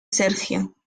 sergio